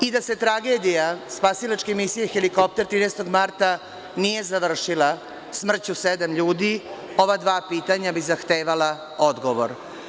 I, da se tragedija spasilačke misije helikopter 13. marta nije završila smrću sedam ljudi, ova dva pitanja bi zahtevala odgovor.